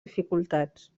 dificultats